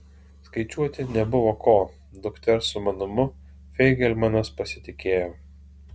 skaičiuoti nebuvo ko dukters sumanumu feigelmanas pasitikėjo